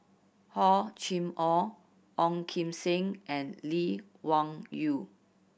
Hor Chim Or Ong Kim Seng and Lee Wung Yew